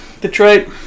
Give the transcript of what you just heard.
Detroit